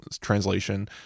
translation